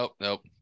nope